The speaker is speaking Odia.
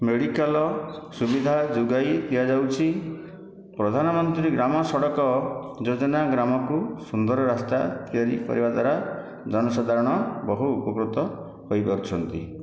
ମେଡ଼ିକାଲ ସୁବିଧା ଯୋଗାଇ ଦିଆଯାଉଛି ପ୍ରଧାନମନ୍ତ୍ରୀ ଗ୍ରାମ ସଡ଼କ ଯୋଜନା ଗ୍ରାମକୁ ସୁନ୍ଦର ରାସ୍ତା ତିଆରି କରିବା ଦ୍ୱାରା ଜନ ସାଧାରଣ ବହୁ ଉପକୃତ ହୋଇପାରୁଛନ୍ତି